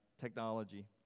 technology